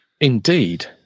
indeed